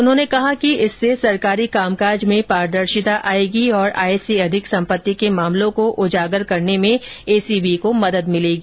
उन्होंने कहा कि इससे सरकारी कामकाज में पारदर्शिता आएगी तथा आय से अधिक सम्पत्ति के मामलों को उजागर करने में एसीबी को मदद भी मिलेगी